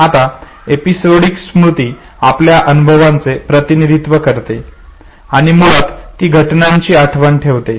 आता एपिसोडिक स्मृती आपल्या अनुभवांचे प्रतिनिधित्व करते आणि मुळात ती घटनांची आठवण ठेवते